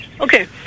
Okay